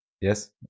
yes